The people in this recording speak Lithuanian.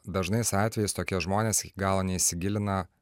dažnais atvejais tokie žmonės gal neįsigilina